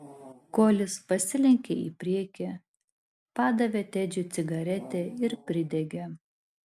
kolis pasilenkė į priekį padavė tedžiui cigaretę ir pridegė